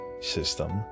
system